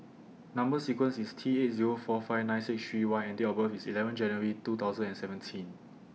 Number sequence IS T eight Zero four five nine six three Y and Date of birth IS eleven January two thousand and seventeen